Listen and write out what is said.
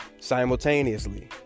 simultaneously